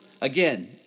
again